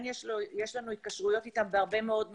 יש לנו התקשרויות איתם ברבה מאוד נושאים.